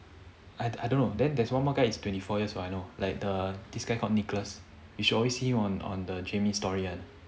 I I don't know then there's one more guy is twenty four years what I know like the this guy called nicholas you sure always see him on the jamie story one